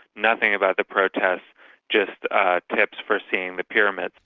nothing about the protests just tips for seeing the pyramids.